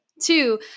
Two